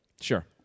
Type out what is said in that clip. Sure